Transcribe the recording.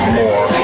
more